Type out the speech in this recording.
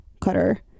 Cutter